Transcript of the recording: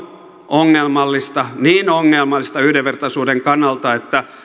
ongelmallista niin ongelmallista yhdenvertaisuuden kannalta että